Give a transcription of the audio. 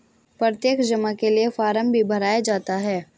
प्रत्यक्ष जमा के लिये फ़ार्म भी भराया जाता है